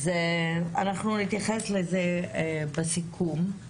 אנחנו נתייחס לזה בסיכום,